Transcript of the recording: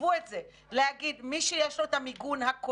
עזבו את זה להגיד: מי שיש לו את המיגון הקודם